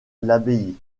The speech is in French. l’abbaye